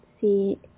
see